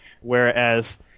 Whereas